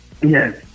Yes